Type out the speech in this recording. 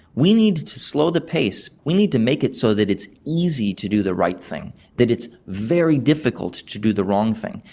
we need to slow the pace, we need to make it so that it's easy to do the right thing, that it's very difficult to do the wrong thing.